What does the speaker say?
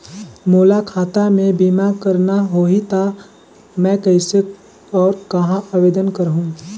मोला खाता मे बीमा करना होहि ता मैं कइसे और कहां आवेदन करहूं?